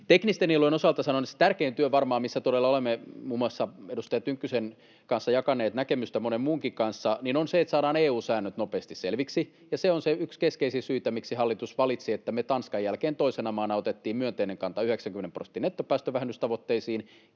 Teknisten nielujen osalta sanon, että se tärkein työ varmaan, missä todella olemme muun muassa edustaja Tynkkysen ja monen muunkin kanssa näkemystä jakaneet, on se, että saadaan EU-säännöt nopeasti selviksi. Se on yksi keskeisiä syitä, miksi hallitus valitsi, että me Tanskan jälkeen toisena maana otettiin myönteinen kanta 90 prosentin nettopäästövähennystavoitteisiin